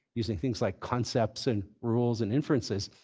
using things like concepts and rules and inferences,